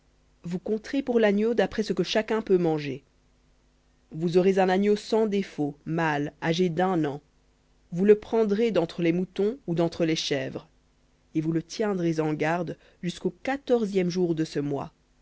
vous compterez pour l'agneau d'après ce que chacun peut manger vous aurez un agneau sans défaut mâle âgé d'un an vous le prendrez d'entre les moutons ou d'entre les chèvres et vous le tiendrez en garde jusqu'au quatorzième jour de ce mois